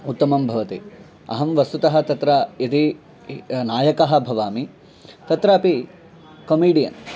उत्तमं भवति अहं वस्तुतः तत्र यदि नायकः भवामि तत्रापि कमिडियन्